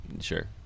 Sure